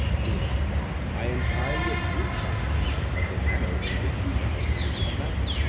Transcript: meno i entirely approve, socrates, of the manner in which you now view this matter.